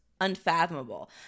unfathomable